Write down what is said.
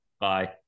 Bye